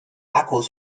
akkus